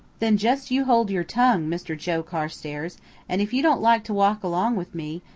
then just you hold your tongue, mister joe carstairs and if you don't like to walk along with me,